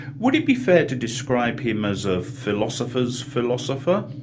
would it be fair to describe him as a philosopher's philosopher?